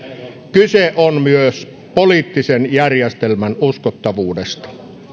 kyse on myös poliittisen järjestelmän uskottavuudesta